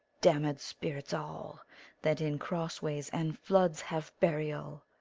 damned spirits all that in cross-ways and floods have burial,